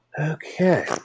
Okay